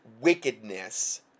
wickedness